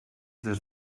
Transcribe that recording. des